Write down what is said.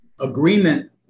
agreement